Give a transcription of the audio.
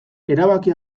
erabaki